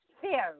Fear